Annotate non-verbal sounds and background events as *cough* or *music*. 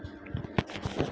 *unintelligible*